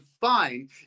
fine